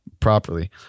properly